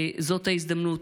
זאת ההזדמנות: